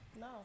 No